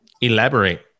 elaborate